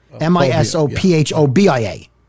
M-I-S-O-P-H-O-B-I-A